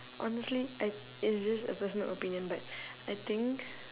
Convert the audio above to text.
honestly I it's just a personal opinion but I think